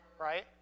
Right